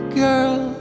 girl